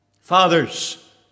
Fathers